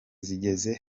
zigeze